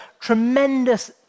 tremendous